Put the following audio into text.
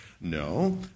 No